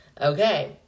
Okay